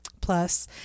plus